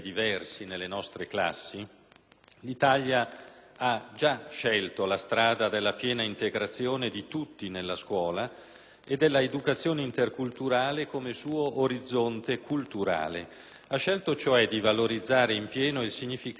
l'Italia ha già scelto la strada della piena integrazione di tutti nella scuola e dell'educazione interculturale come suo orizzonte culturale. L'Italia ha scelto, cioè, di valorizzare in pieno il significato del prefisso "inter",